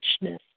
richness